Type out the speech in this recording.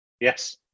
Yes